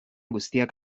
guztiak